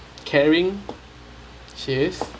caring she is